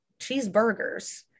Cheeseburgers